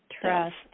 trust